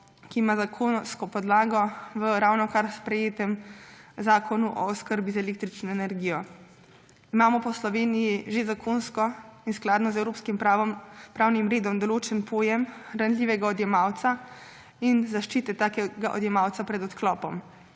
ki ima zakonsko podlago v ravnokar sprejetem Zakonu o oskrbi z električno energijo. Imamo pa v Sloveniji že zakonsko in skladno z evropskim pravnim redom določen pojem ranljivega odjemalca in zaščite takega odjemalca pred odklopom.